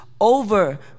over